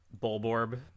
Bulborb